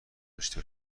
داشته